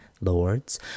lords